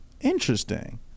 interesting